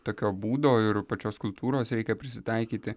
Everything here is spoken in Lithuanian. tokio būdo ir pačios kultūros reikia prisitaikyti